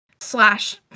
Slash